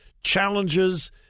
challenges